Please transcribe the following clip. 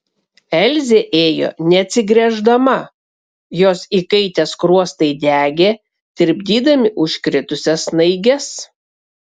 elzė ėjo neatsigręždama jos įkaitę skruostai degė tirpdydami užkritusias snaiges